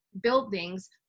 buildings